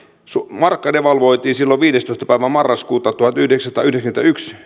markka devalvoitiin neljätoista prosenttia silloin viidestoista päivä marraskuuta tuhatyhdeksänsataayhdeksänkymmentäyksi